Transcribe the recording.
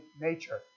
nature